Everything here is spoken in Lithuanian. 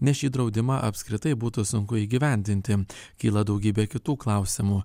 nes šį draudimą apskritai būtų sunku įgyvendinti kyla daugybė kitų klausimų